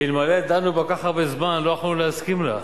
אלמלא דנו כל כך הרבה זמן לא יכולנו להסכים לה.